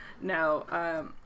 no